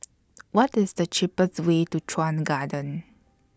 What IS The cheapest Way to Chuan Garden